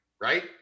right